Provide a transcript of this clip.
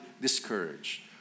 discouraged